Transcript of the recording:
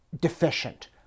deficient